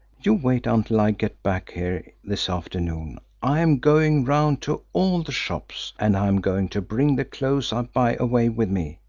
you wait until i get back here this afternoon! i am going round to all the shops, and i am going to bring the clothes i buy away with me.